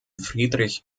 friedrich